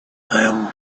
them